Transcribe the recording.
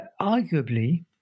arguably